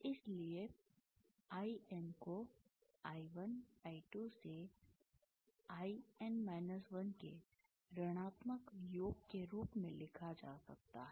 इसलिए I N को I1I2 IN 1 के ऋणात्मक योग के रूप में लिखा जा सकता है